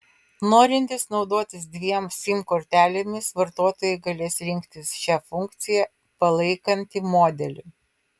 norintys naudotis dviem sim kortelėmis vartotojai galės rinktis šią funkciją palaikantį modelį